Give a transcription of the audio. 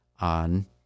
on